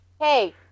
Hey